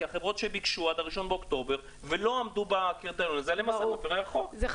החברות שביקשו עד ה-1 באוקטובר ולא עמדו בקריטריונים האלה הן מפרות חוק.